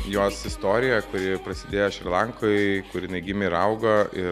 jos istorija kuri prasidėjo šri lankoj kur jinai gimė ir augo ir